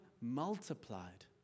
multiplied